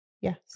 Yes